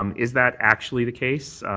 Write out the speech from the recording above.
um is that actually the case?